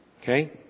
Okay